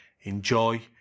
enjoy